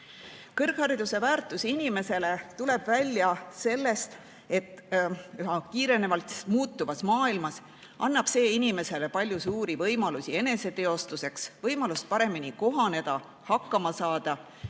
Kõrghariduse väärtus inimesele tuleb välja sellest, et üha kiirenevalt muutuvas maailmas annab see inimesele palju suuri võimalusi eneseteostuseks, võimalusi paremini kohaneda, hakkama saada,